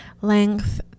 length